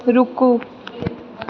रूकु